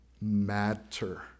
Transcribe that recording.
matter